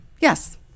Yes